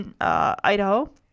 Idaho